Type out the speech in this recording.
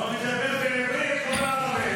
הוא מדבר בעברית, לא בערבית.